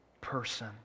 person